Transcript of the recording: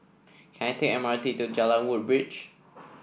can I take the M R T to Jalan Woodbridge